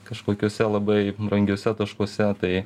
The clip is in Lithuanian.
kažkokiuose labai brangiuose taškuose tai